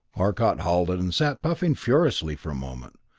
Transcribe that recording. arcot halted, and sat puffing furiously for a moment.